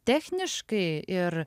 techniškai ir